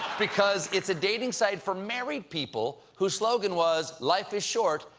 because it's a dating site for married people whose slogan was life is short,